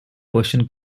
persian